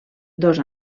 dos